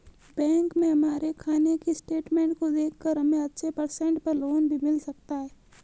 bank में हमारे खाने की स्टेटमेंट को देखकर हमे अच्छे परसेंट पर लोन भी मिल सकता है